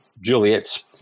Juliet's